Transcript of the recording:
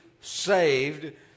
saved